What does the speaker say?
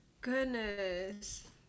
Goodness